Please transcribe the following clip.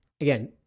Again